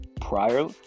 prior